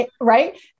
Right